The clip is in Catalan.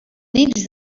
nits